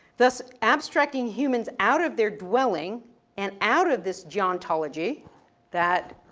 thus, abstracting humans out of their dwelling and out of this gerontology that